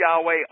Yahweh